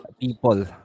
people